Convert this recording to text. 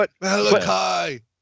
Malachi